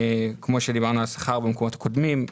כמו שדיברנו על השכר במקומות הקודמים,